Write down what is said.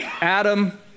Adam